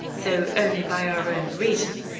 though only by our own reason,